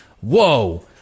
Whoa